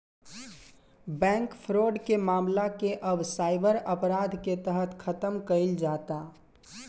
bank fraud के मामला के अब साइबर अपराध के तहत खतम कईल जाता